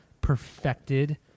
perfected